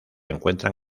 encuentran